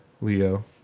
Leo